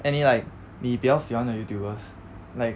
any like 你比较喜欢的 youtubers like